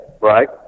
right